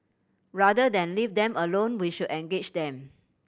rather than leave them alone we should engage them